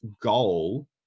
goal